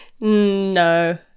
No